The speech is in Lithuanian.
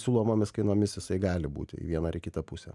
siūlomomis kainomis jisai gali būti į vieną ar kitą pusę